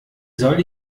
soll